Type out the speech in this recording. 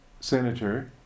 senator